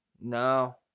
No